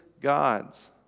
God's